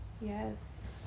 yes